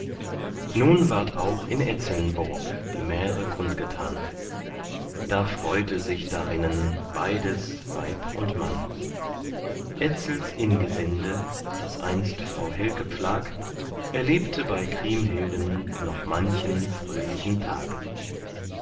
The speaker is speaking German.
nun ward auch in etzelnburg die märe kundgetan da freute sich darinnen beides weib und mann etzels ingesinde das einst frau helke pflag erlebte bei kriemhilden noch manchen fröhlichen tag